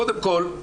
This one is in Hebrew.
קודם כל,